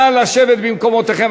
נא לשבת במקומותיכם.